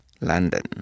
London